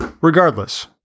Regardless